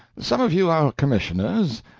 some of you are commissioners,